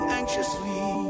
anxiously